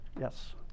Yes